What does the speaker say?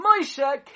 Moshe